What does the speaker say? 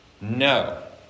No